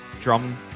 drum